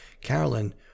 Carolyn